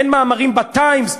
אין מאמרים ב"טיימס",